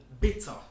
bitter